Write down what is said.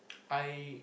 I